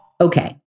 okay